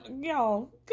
y'all